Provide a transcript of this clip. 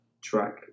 track